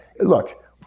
Look